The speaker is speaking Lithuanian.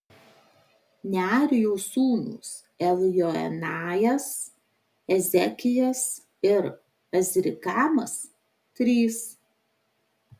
nearijos sūnūs eljoenajas ezekijas ir azrikamas trys